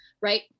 right